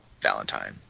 Valentine